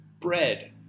bread